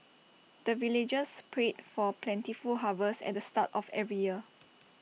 the villagers pray for plentiful harvest at the start of every year